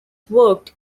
worked